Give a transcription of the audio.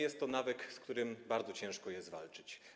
Jest to nawyk, z którym bardzo ciężko jest walczyć.